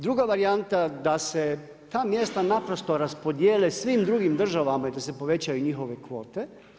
Druga varijanta da se ta mjesta naprosto raspodijele svim drugim državama i da se povećaju njihove kvote.